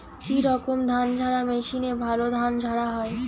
কি রকম ধানঝাড়া মেশিনে ভালো ধান ঝাড়া হয়?